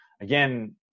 Again